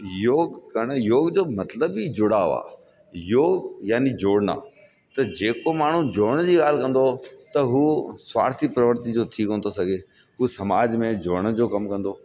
योग करण योग जो मतिलब ई जुड़ाव आहे योग याने जोड़ना त जेको माण्हू जोड़ण जी ॻाल्हि कंदो त हू स्वार्थी प्रवृती जो थी कोन थो सघे हू समाज में जोड़ण जो कमु कंदो